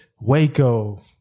Waco